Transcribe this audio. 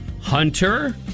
Hunter